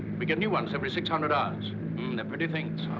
we get new ones every six hundred hours. mmm. they're pretty things.